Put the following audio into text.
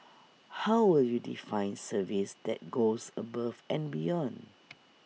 how will you define service that goes above and beyond